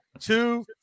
two